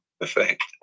effect